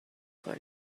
کنم